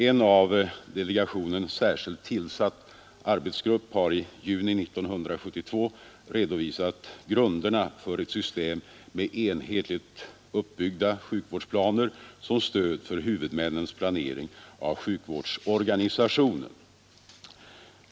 En av delegationen särskilt tillsatt arbetsgrupp har i juni 1972 redovisat grunderna för ett system med enhetligt uppbyggda sjukvårdsplaner som stöd för huvudmännens planering av sjukvårdsorganisationen.